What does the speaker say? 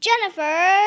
Jennifer